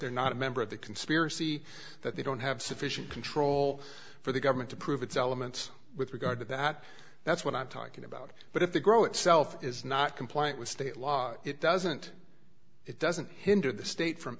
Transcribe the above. they're not a member of the conspiracy that they don't have sufficient control for the government to prove its elements with regard to that that's what i'm talking about but if they grow itself is not compliant with state law it doesn't it doesn't hinder the state from